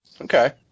Okay